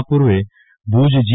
આ પુર્વે ભુજ જી